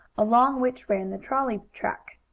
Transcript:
along which ran the trolley track.